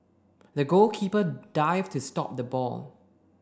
the goalkeeper dived to stop the ball